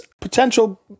potential